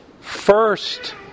first